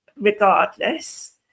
regardless